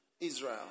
israel